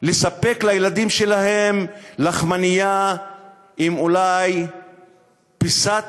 לספק לילדים שלהם לחמנייה עם אולי פיסת